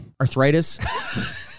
arthritis